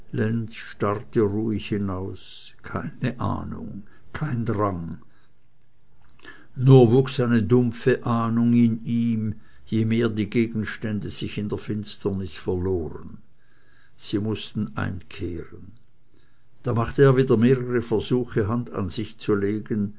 starrte ruhig hinaus keine ahnung kein drang nur wuchs eine dumpfe angst in ihm je mehr die gegenstände sich in der finsternis verloren sie mußten einkehren da machte er wieder mehrere versuche hand an sich zu legen